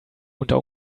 unter